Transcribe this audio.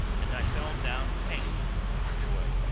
and i fell down faint with joy.